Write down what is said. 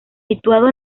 situado